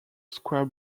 square